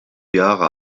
jahre